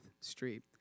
Street